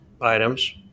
items